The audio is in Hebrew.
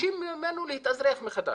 מבקשים ממנו להתאזרח מחדש.